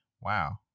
Wow